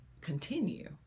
continue